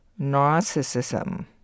narcissism